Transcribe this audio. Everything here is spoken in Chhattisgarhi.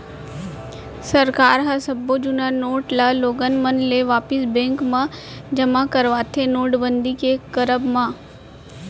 सरकार ह सब्बो जुन्ना नोट ल लोगन मन ले वापिस बेंक म जमा करवाथे नोटबंदी के करब म